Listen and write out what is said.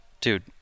dude